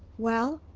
well,